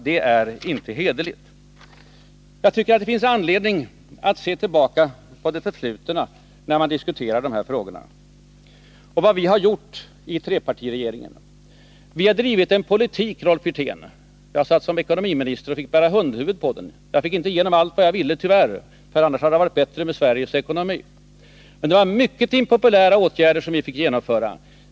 Det är inte hederligt. Det finns anledning att se tillbaka på det förflutna när man diskuterar de här frågorna och på vad vi har gjort i trepartiregeringen. Jag satt som ekonomiminister och fick bära hundhuvudet för det mesta. Tyvärr fick jag inte igenom allt jag ville — annars hade det varit bättre ställt med Sveriges ekonomi. Men det var ofta mycket impopulära åtgärder som vi fick genomföra.